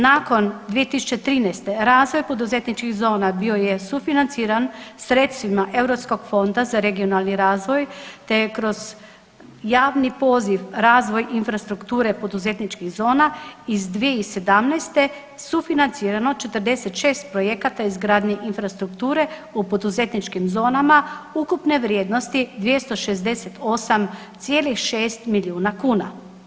Nakon 2013. razvoj poduzetničkih zona bio je sufinanciran sredstvima Europskog fonda za regionalni razvoj te je kroz javni poziv razvoj infrastrukture poduzetničkih zona iz 2017. sufinancirano 46 projekata izgradnje infrastrukture u poduzetničkim zonama ukupne vrijednosti 268,6 milijuna kuna.